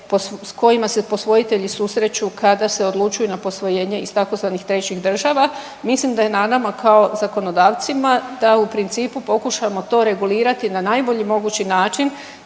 sa kojima se posvojitelji susreću kada se odlučuju na posvojenje iz tzv. trećih država. Mislim da je na nama kao zakonodavcima da u principu pokušamo to regulirati na najbolji mogući način